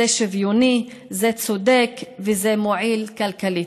זה שוויוני, זה צודק וזה מועיל כלכלית.